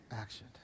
action